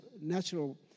natural